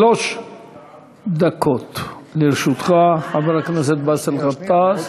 שלוש דקות לרשותך, חבר הכנסת באסל גטאס.